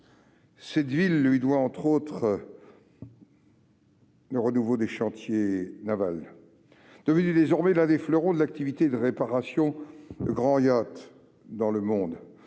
Cette ville lui doit notamment le renouveau des chantiers navals, devenus désormais l'un des fleurons de l'activité de réparation des grands yachts dans le monde,